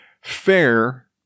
fair